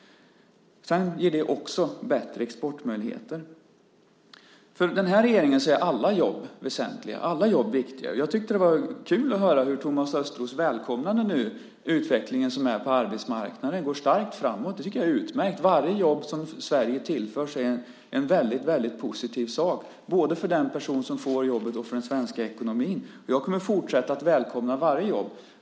Sedan ger det också bättre exportmöjligheter. För den här regeringen är alla jobb väsentliga. Alla jobb är viktiga. Jag tyckte att det var kul att höra hur Thomas Östros nu välkomnade den utveckling som är på arbetsmarknaden - det går starkt framåt. Det tycker jag är utmärkt. Varje jobb som Sverige tillförs är en väldigt positiv sak både för den person som får jobbet och för den svenska ekonomin. Jag kommer att fortsätta att välkomna varje jobb.